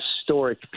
historic